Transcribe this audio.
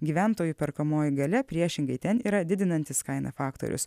gyventojų perkamoji galia priešingai ten yra didinantis kaina faktorius